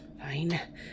Fine